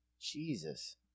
Jesus